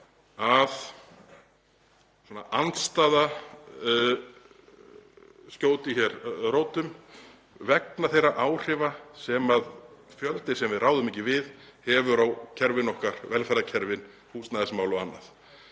á því að andstaða skjóti rótum vegna þeirra áhrifa sem fjöldi sem við ráðum ekki við hefur á kerfin okkar, velferðarkerfin, húsnæðismál og annað.